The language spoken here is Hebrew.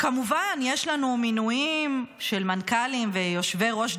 כמובן, יש לנו מינויים של מנכ"לים ויושבי-ראש,